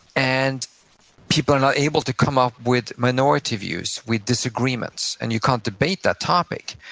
and people are not able to come up with minority views, with disagreements, and you can't debate that topic,